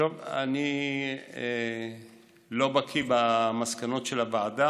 אני לא בקי במסקנות הוועדה,